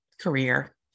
career